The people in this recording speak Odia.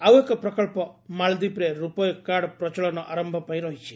ଆଉ ଏକ ପ୍ରକଳ୍ପ ମାଳଦୀପରେ ରୂପୟ କାର୍ଡ ପ୍ରଚଳନ ଆରମ୍ଭ ପାଇଁ ରହିଛି